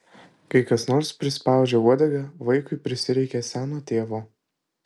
kai kas nors prispaudžia uodegą vaikui prisireikia seno tėvo